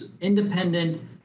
independent